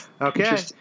Okay